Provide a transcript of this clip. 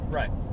right